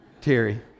terry